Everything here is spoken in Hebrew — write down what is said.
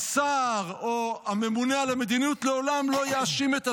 השר או הממונה על המדיניות לעולם לא יאשים את עצמו,